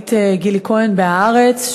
העיתונאית גילי כהן ב"הארץ",